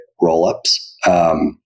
rollups